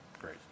great